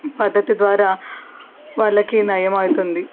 పద్ధతి ద్వారా వాళ్ళకి నయమైతుంది